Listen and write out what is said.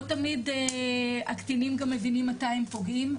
לא תמיד הקטינים גם מבינים מתי הם פוגעים,